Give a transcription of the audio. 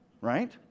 right